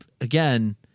again